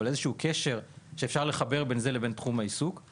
אבל כן איזשהו קשר שאפשר לחבר בין זה לבין תחום העיסוק;